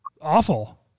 awful